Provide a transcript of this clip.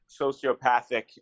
sociopathic